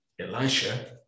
Elisha